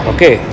Okay